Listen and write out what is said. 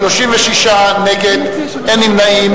36 נגד, אין נמנעים.